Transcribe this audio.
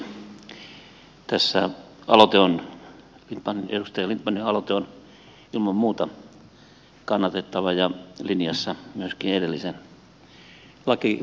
edustaja lindtmanin aloite on ilman muuta kannatettava ja linjassa myöskin edellisen lakialoitteen kanssa